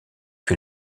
que